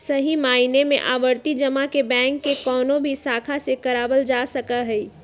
सही मायने में आवर्ती जमा के बैंक के कौनो भी शाखा से करावल जा सका हई